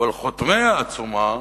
אבל חותמי העצומה,